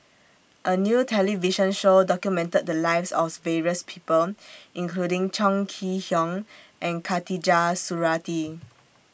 A New television Show documented The Lives of various People including Chong Kee Hiong and Khatijah Surattee